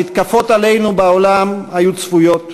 המתקפות עלינו בעולם היו צפויות,